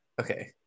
okay